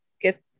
get